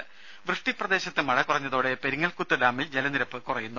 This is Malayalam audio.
രദര വൃഷ്ടിപ്രദേശത്ത് മഴ കുറഞ്ഞതോടെ പെരിങ്ങൽക്കുത്ത് ഡാമിൽ ജലനിരപ്പ് കുറയുന്നു